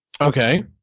Okay